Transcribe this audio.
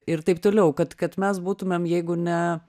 ir taip toliau kad kad mes būtumėm jeigu ir ne